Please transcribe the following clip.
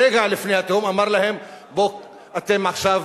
רגע לפני התהום אמר להם: בואו, עכשיו,